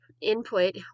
input